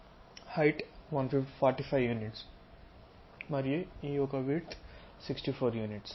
height 45 units మరియు ఈ ఒక విడ్త్ 64 యూనిట్స్